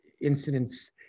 incidents